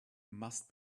must